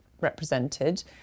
represented